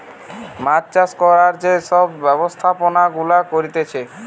মাছ চাষ করার যে সব ব্যবস্থাপনা গুলা করতিছে